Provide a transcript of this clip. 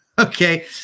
Okay